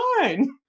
fine